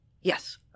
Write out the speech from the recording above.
Yes